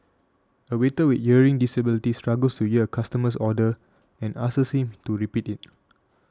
a waiter with a hearing disability struggles to year a customer's order and asks him to repeat it